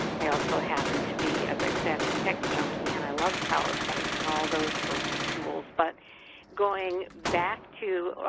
i also happen to be, as i said, a tech junkie and i love powerpoint and all those sorts of tools, but going back to,